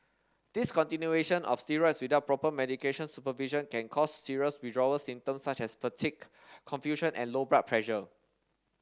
discontinuation of steroids without proper medical supervision can cause serious withdrawal symptoms such as fatigue confusion and low blood pressure